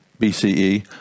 BCE